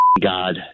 God